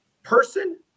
Person